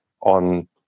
on